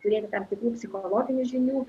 turėti tam tikrų psichologinių žinių